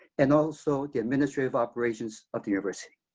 and also administrative operations of the university.